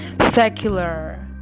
secular